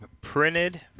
printed